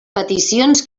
peticions